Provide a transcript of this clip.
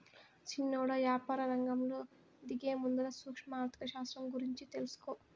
సిన్నోడా, యాపారరంగంలో దిగేముందల సూక్ష్మ ఆర్థిక శాస్త్రం గూర్చి తెలుసుకో